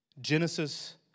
Genesis